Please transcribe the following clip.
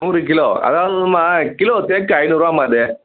நூறு கிலோ அதாவது மா கிலோ தேக்கு ஐநூறுருவாம்மா அது